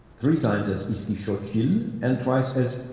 three times as izquixochil and twice as